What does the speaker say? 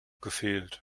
gefehlt